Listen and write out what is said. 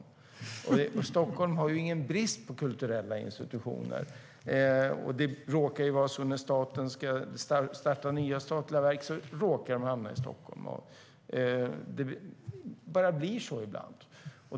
Stockholm har ju ingen brist på kulturella institutioner. När staten startar nya statliga verk råkar de hamna i Stockholm - det bara blir så ibland.